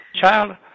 Child